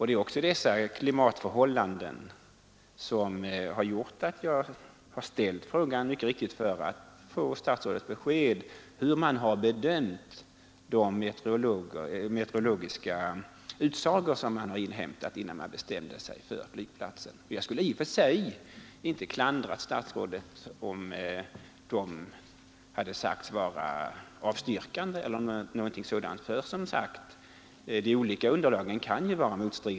Det är också dessa klimatförhållanden som gjort att jag ställt frågan för att få statsrådets besked om hur man bedömt de meterologiska utsagor som inhämtats innan man bestämde sig för flygplatsen. I och för sig skulle jag inte klandra statsrådet, om de hade varit avstyrkande, eftersom de olika underlagen för en bedömning kan ju vara motstridiga.